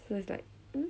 so it's like